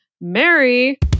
Mary